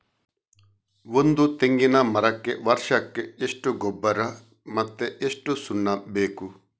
ಒಂದು ತೆಂಗಿನ ಮರಕ್ಕೆ ವರ್ಷಕ್ಕೆ ಎಷ್ಟು ಗೊಬ್ಬರ ಮತ್ತೆ ಎಷ್ಟು ಸುಣ್ಣ ಬೇಕು?